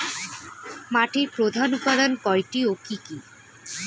মাটির প্রধান উপাদান কয়টি ও কি কি?